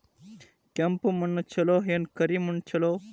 ಕೆಂಪ ಮಣ್ಣ ಛಲೋ ಏನ್ ಕರಿ ಮಣ್ಣ ಛಲೋ?